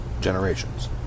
generations